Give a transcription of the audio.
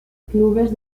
clubes